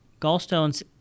gallstones